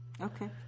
Okay